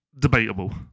Debatable